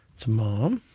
to mom,